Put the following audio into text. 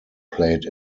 played